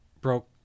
broke